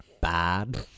bad